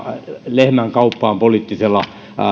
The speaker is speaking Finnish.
lehmänkauppaan poliittisella